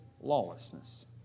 lawlessness